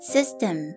System